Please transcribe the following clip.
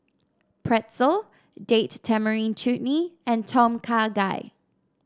Pretzel Date Tamarind Chutney and Tom Kha Gai